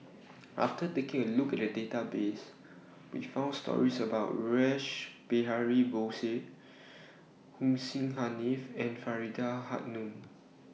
after taking A Look At The Database We found stories about Rash Behari Bose Hussein Haniff and Faridah Hanum